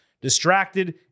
Distracted